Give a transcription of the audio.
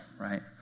right